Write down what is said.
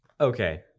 Okay